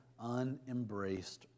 unembraced